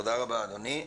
תודה רבה אדוני.